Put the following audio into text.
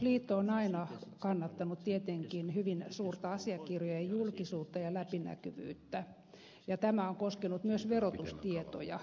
liitto on aina kannattanut tietenkin hyvin suurta asiakirjojen julkisuutta ja läpinäkyvyyttä ja tämä on koskenut myös verotustietoja